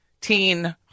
teen